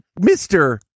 Mr